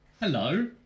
hello